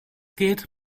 geht